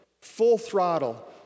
full-throttle